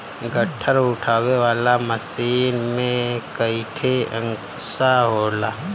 गट्ठर उठावे वाला मशीन में कईठे अंकुशा होला